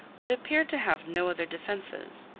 would appear to have no other defences.